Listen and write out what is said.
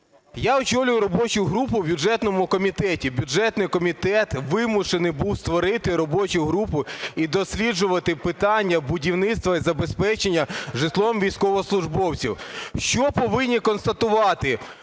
Я очолюю робочу групу в бюджетному комітеті. Бюджетний комітет вимушений був створити робочу групу і досліджувати питання будівництва, і забезпечення житлом військовослужбовців. Що повинні констатувати?